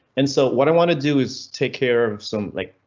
and so what i want to do is take care of some like.